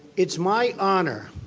it's my honor,